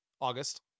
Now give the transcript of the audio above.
August